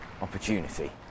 opportunity